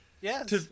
Yes